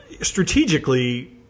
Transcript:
strategically